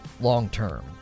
long-term